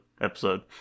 episode